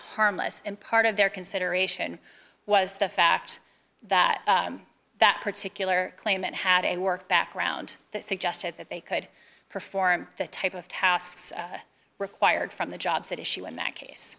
harmless and part of their consideration was the fact that that particular claimant had a work background that suggested that they could perform the type of tasks required from the jobs issue in that case